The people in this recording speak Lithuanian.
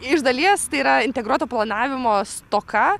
iš dalies tai yra integruoto planavimo stoka